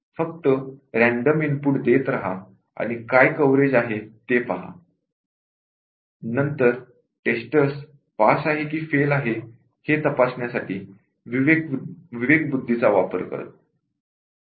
फक्त random input देत रहा आणि काय कव्हरेज आहे ते पहा आणि नंतर टेस्टर्स टेस्ट केस पास आहे की फेल हे तपासण्यासाठी विवेकबुद्धीचा वापर करत